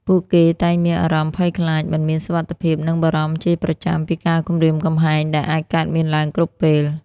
ពួកគេតែងមានអារម្មណ៍ភ័យខ្លាច មិនមានសុវត្ថិភាព និងបារម្ភជាប្រចាំពីការគំរាមកំហែងដែលអាចកើតមានឡើងគ្រប់ពេល។